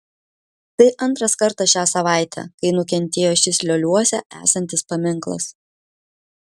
tai antras kartas šią savaitę kai nukentėjo šis lioliuose esantis paminklas